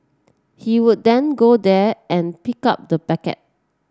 he would then go there and pick up the packet